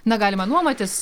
na galima nuomotis